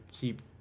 keep